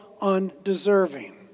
undeserving